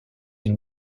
une